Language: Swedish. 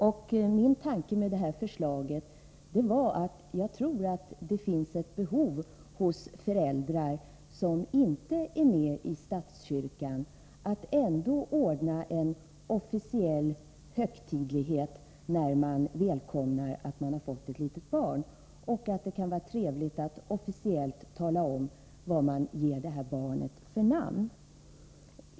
Jag tror att det finns ett behov hos föräldrar som inte är med i statskyrkan att ändå ordna en officiell högtidlighet när man välkomnar ett litet barn. Det kunde vara trevligt att officiellt tala om vad det här barnet får för namn.